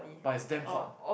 but is damn hot